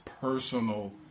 personal